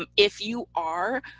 um if you are,